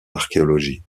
archéologie